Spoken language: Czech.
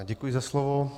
Děkuji za slovo.